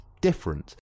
different